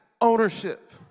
ownership